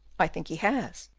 i think he has.